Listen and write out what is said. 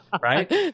right